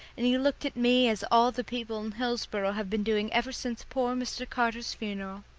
and he looked at me as all the people in hillsboro have been doing ever since poor mr. carter's funeral.